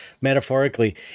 metaphorically